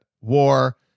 war